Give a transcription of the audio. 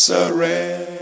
Surrender